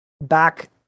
Back